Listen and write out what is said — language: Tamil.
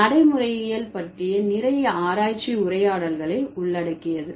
நடைமுறையியல் பற்றிய நிறைய ஆராய்ச்சி உரையாடல்களை உள்ளடக்கியது